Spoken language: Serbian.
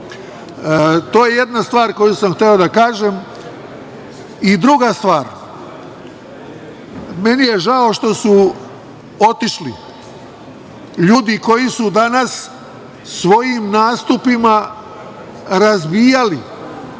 To je jedna stvar koju sam hteo da kažem. Druga stvar. Meni je žao što su otišli ljudi koji su danas svojim nastupima razbijali